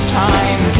time